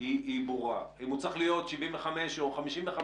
היא ברורה אם הוא צריך להיות עם 55 או עם 75,